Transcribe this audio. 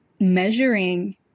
Measuring